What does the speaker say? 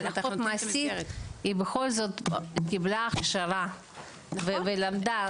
אחות מעשית בכל זאת קיבלה הכשרה ולמדה,